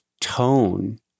tone